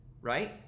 right